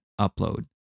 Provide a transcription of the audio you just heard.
upload